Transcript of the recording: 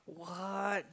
what